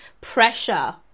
pressure